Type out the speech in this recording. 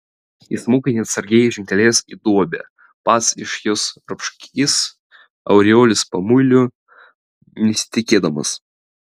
įsmukai neatsargiai žengtelėjęs į duobę pats iš jos ropškis aureolės pamuilių nesitikėdamas